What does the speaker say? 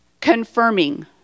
Confirming